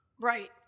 Right